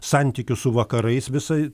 santykių su vakarais visa